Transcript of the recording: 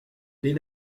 des